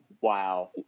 wow